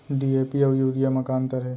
DAP अऊ urea म का अंतर हे?